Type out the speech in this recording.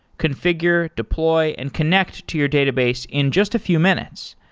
configure, deploy and connect to your database in just a few minutes.